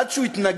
עד שהוא התנגש,